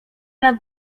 nad